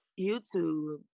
YouTube